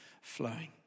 flowing